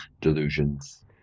delusions